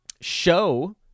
show